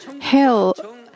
Hell